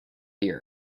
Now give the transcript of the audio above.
here